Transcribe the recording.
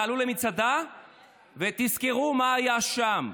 תעלו למצדה ותזכרו מה היה שם.